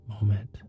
moment